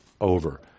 over